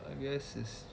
I guess is